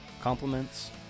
compliments